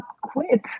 quit